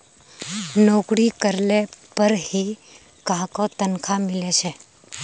नोकरी करले पर ही काहको तनखा मिले छे